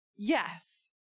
yes